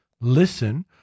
listen